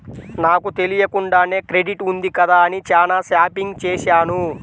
నాకు తెలియకుండానే క్రెడిట్ ఉంది కదా అని చానా షాపింగ్ చేశాను